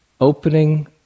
opening